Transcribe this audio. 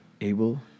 able